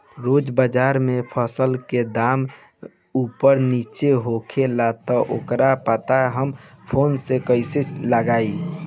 रोज़ बाज़ार मे फसल के दाम ऊपर नीचे होखेला त ओकर पता हमरा फोन मे कैसे लागी?